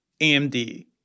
AMD